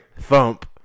thump